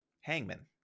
Hangman